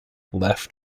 left